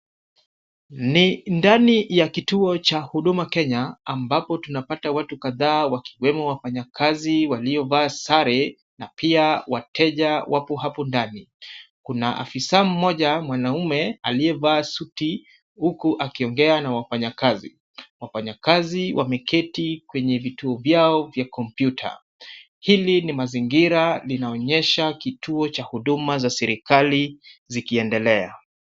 Ni ndani ya kituo cha Huduma Kenya, ambapo tunapata watu kadhaa wa kiwemo wafanyakazi waliovaa sare na pia wateja wapo hapo ndani. Kuna afisa mmoja mwanaume aliyevaa suti huku akiongea na wafanyakazi. Wafanyakazi wameketi kwenye vituo vyao vya kompyuta. Hili ni mazingira linaonyesha kituo cha huduma za serikali zikiendelea.